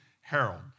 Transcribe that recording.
Harold